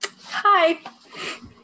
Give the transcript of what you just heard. Hi